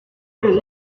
que